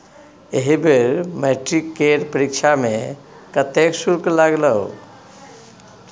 एहि बेर मैट्रिक केर परीक्षा मे कतेक शुल्क लागलौ?